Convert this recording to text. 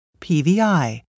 PVI